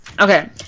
Okay